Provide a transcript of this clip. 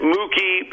Mookie